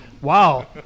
Wow